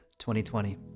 2020